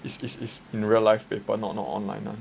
is is is in real life paper not not online ah